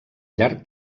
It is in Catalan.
llarg